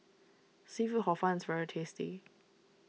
Seafood Hor Fun is very tasty